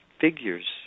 figures